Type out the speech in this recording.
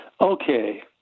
Okay